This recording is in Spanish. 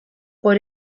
por